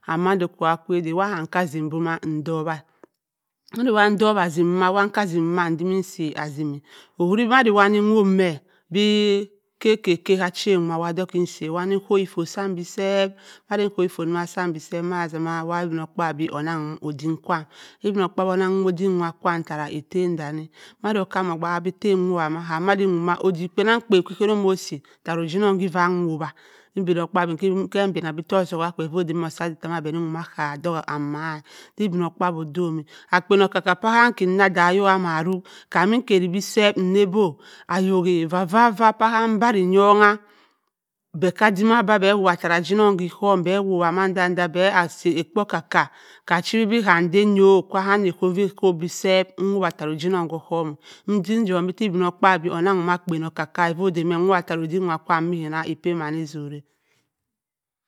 And mando ka wee ada wa kam assi bomma ndowa mand wa ndowa-azim waka-sa enzimi si azem-a owuri be wa de owopme be ka-ka agann wa dok ki si, wanni kowi fott samm be zem madi kowi samm bi sep wazima ibinokpaabyi onnang mum odim nwa kwaam ttara ettem danni mado okkam okke ttam e’ wowabu ma kam mandi nwop maa odik kpa-nnang ke iyan ttara oginnong kiua enwowa idinokpaobyi okke banna bi idittama be nnm akka amma tta ibinokpabyi okke banna bi idittama be nnim aka amma tta ibino kpaabyi odowumma akpen okaka ba imm na ka ahok amma rok kam mi karri be seep naa do ayok a vava mbari yong-a be aki odim aba ttara oguinnong k’ohohum be wowa man-da da be asi okpo oka-kka kam go-ghiwibi kam ba anno ka ekpo ikop be seep nwowa ttara oghinnong k’ohonu idim eghom bi tla ibinokaabyi onnan m’ akpe okka-ka-a nnvo odame nwowau ttara odim wa kwaam miyina azurri.